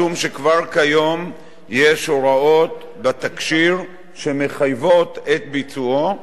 משום שכבר כיום יש הוראות בתקשי"ר שמחייבות את ביצועו,